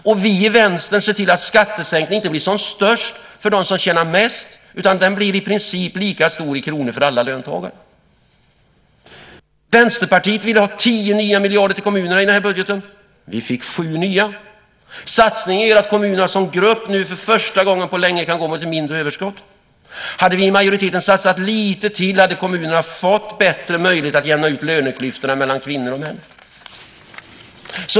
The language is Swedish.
Och vi i Vänstern ser till att skattesänkningen inte blir som störst för dem som tjänar mest utan att den blir i princip lika stor i kronor för alla löntagare. Vänsterpartiet ville ha 10 nya miljarder till kommunerna i den här budgeten. Vi fick 7 nya miljarder. Satsningen gör att kommunerna som grupp nu för första gången på länge kan gå mot ett mindre överskott. Hade vi i majoriteten satsat lite till hade kommunerna fått bättre möjligheter att jämna ut löneklyftorna mellan kvinnor och män.